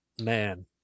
Man